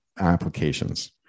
applications